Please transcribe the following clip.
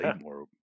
more